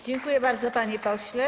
Dziękuję bardzo, panie pośle.